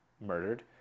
murdered